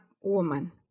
woman